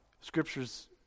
scriptures